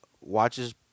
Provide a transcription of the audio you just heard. watches